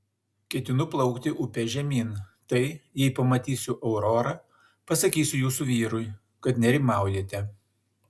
ketinu plaukti upe žemyn tai jei pamatysiu aurorą pasakysiu jūsų vyrui kad nerimaujate